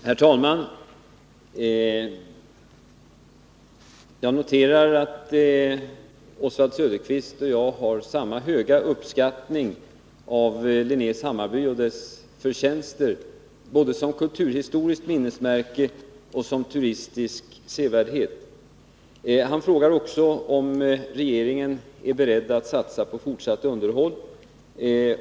Herr talman! Jag noterar att Oswald Söderqvist och jag har samma höga uppskattning av Linnés Hammarby och dess förtjänster, både som kulturhistoriskt minnesmärke och som turistisk sevärdhet. Oswald Söderqvist frågar om regeringen är beredd att satsa på fortsatt underhåll.